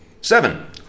Seven